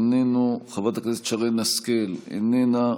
איננו, חברת הכנסת שרן השכל, איננה.